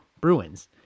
Bruins